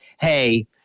Hey